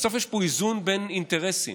בסוף יש פה איזון בין אינטרסים.